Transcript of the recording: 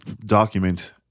document